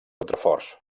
contraforts